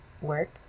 work